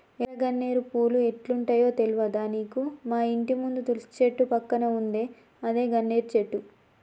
ఎర్ర గన్నేరు పూలు ఎట్లుంటయో తెల్వదా నీకు మాఇంటి ముందు తులసి చెట్టు పక్కన ఉందే అదే గన్నేరు చెట్టు